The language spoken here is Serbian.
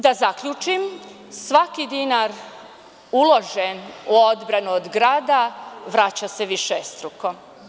Da zaključim, svaki dinar uložen u odbranu od grada vraća se višestruko.